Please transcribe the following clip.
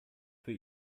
für